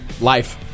life